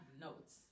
notes